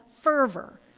fervor